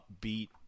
upbeat